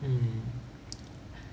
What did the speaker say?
mm